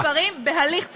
להביא דברים בהליך תקין.